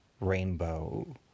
rainbow